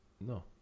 No